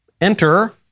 Enter